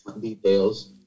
details